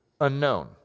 unknown